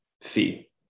fee